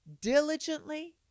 diligently